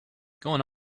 going